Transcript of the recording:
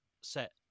set